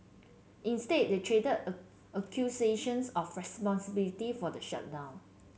instead they traded accusations of responsibility for the shutdown